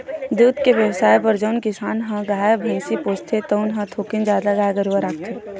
दूद के बेवसाय बर जउन किसान ह गाय, भइसी पोसथे तउन ह थोकिन जादा गाय गरूवा राखथे